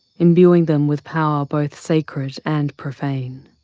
imbuing them with power both sacred and profane.